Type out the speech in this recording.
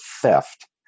theft